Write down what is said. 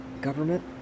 government